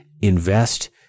Invest